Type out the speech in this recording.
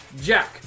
Jack